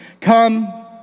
come